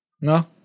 No